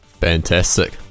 fantastic